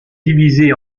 divisé